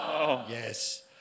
Yes